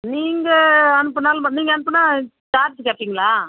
நீங்கள் அனுப்பினாலும் பண் நீங்கள் அனுப்பினா சார்ஜ் கேட்பிங்களா